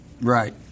Right